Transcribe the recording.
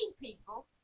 people